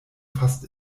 fast